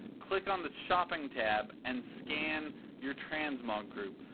click um the shopping tab and scan your transmog group,